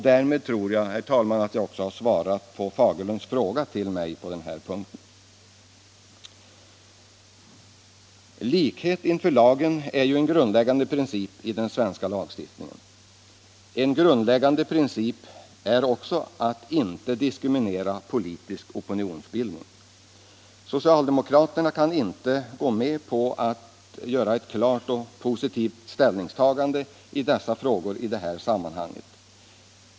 Därmed tror jag, herr talman, att jag också svarat på herr Fagerlunds fråga till mig på den här punkten. Likhet inför lagen ir ju en grundläggande princip i den svenska lagstiftningen. En lika grundläggande princip är att inte diskriminera politisk opinionsbildning. Socialdemokraterna kan inte gå med på att klart ta en positiv ställning i dessa frågor i detta sammanhang.